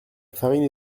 farine